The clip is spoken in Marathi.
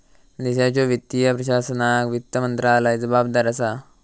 देशाच्यो वित्तीय प्रशासनाक वित्त मंत्रालय जबाबदार असा